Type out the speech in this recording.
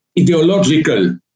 ideological